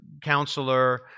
counselor